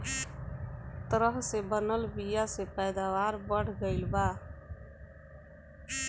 तरह से बनल बीया से पैदावार बढ़ गईल बा